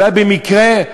אולי במקרה,